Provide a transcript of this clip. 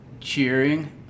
cheering